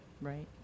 Right